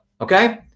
okay